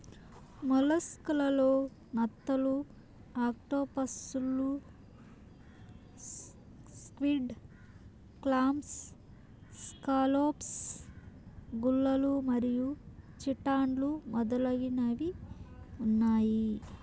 mollusc లలో నత్తలు, ఆక్టోపస్లు, స్క్విడ్, క్లామ్స్, స్కాలోప్స్, గుల్లలు మరియు చిటాన్లు మొదలైనవి ఉన్నాయి